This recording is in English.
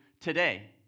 today